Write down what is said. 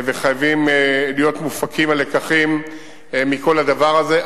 חייבים להיות מופקים לקחים מכל הדבר הזה.